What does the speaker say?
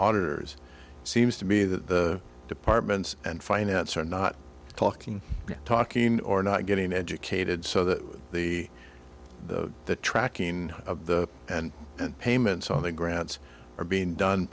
auditors seems to be that the departments and finance are not talking talking or not getting educated so that the tracking of the and and payments on the grants are being done